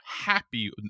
happy